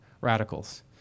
radicals